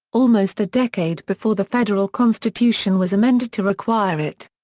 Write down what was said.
almost a decade before the federal constitution was amended to require it.